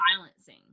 silencing